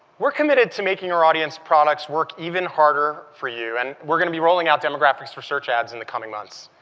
we're committed to make ing our audience products work even hard er for you, and we're going to be rolling out demographics for search ads in the coming months.